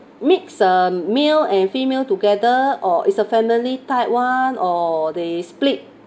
mix uh male and female together or it's a family type [one] or they split